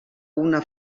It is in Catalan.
una